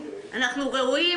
אנחנו ראויים